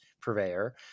purveyor